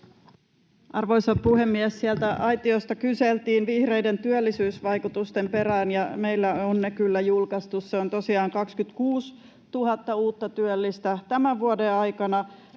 Arvoisa puhemies! Sieltä aitiosta kyseltiin vihreiden työllisyysvaikutusten perään. Meillä on ne kyllä julkaistu. Ne ovat tosiaan 26 000 uutta työllistä tämän vuoden aikana,